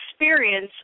experience